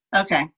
Okay